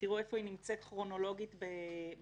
תראו איפה היא נמצאת כרונולוגית בחוק.